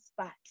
Spot